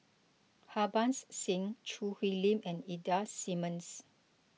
Harbans Singh Choo Hwee Lim and Ida Simmons